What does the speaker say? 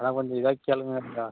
அதான் கொஞ்சம் இதாக கேளுங்கள் நீங்கள்